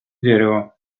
дерева